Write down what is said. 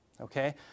Okay